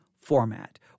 format